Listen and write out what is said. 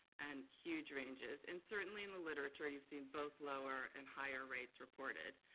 and huge ranges. and certainly in the literature, you've seen both lower and higher rates reported,